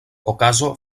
okazo